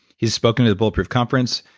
he's spoken at the bulletproof conference,